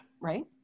right